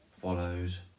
follows